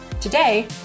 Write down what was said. Today